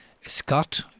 Scott